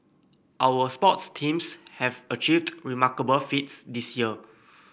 our sports teams have achieved remarkable feats this year